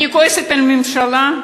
אני כועסת על הממשלה,